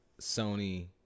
Sony